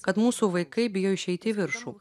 kad mūsų vaikai bijo išeiti į viršų